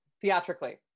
Theatrically